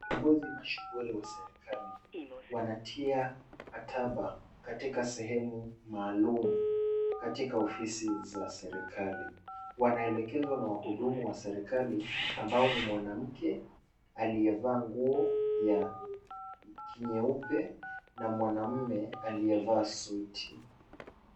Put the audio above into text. Viongozi mashuhuri wa serikali, wanatia mkataba katika sehemu maalum katika ofisi za serikali. Wanaelekezwa na wahudumu wa serikali ambao ni mwanamke aliyevaa nguo ya nyeupe na mwanaume aliyevaa suti.